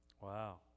Wow